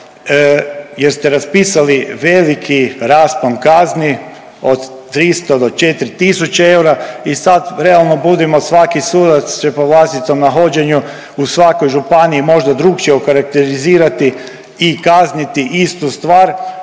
jer ste raspisali veliki raspon kazni od 300 do 4 000 eura i sad, realno budimo, svaki sudac će po vlastitom nahođenju u svakoj županiji možda drukčije okarakterizirati i kazniti istu stvar,